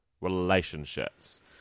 relationships